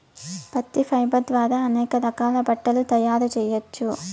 పత్తి ఫైబర్ ద్వారా అనేక రకాల బట్టలు తయారు చేయచ్చు